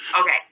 Okay